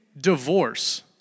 divorce